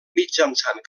mitjançant